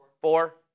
Four